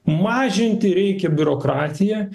mažinti reikia biurokratiją